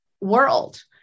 world